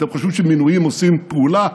אתם חושבים שמינויים עושים פעולה?